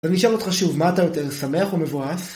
אני אשאל אותך שוב, מה אתה יותר שמח או מבואס?